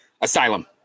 asylum